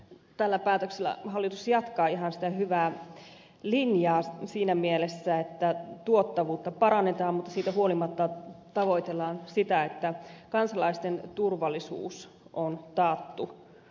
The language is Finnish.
tällä päätöksellä hallitus jatkaa ihan sitä hyvää linjaa siinä mielessä että tuottavuutta parannetaan mutta siitä huolimatta tavoitellaan sitä että kansalaisten turvallisuus on taattu